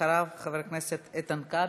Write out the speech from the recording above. אחריו, חבר הכנסת איתן כבל,